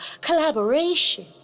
collaboration